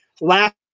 last